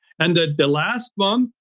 and the last one,